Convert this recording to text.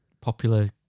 popular